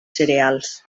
cereals